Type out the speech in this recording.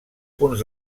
punts